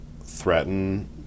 threaten